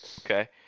Okay